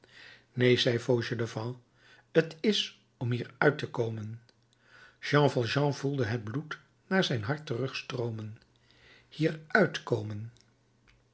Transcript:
neen zei fauchelevent t is om hier uit te komen jean valjean voelde het bloed naar zijn hart terugstroomen hier uit